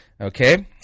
okay